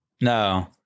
No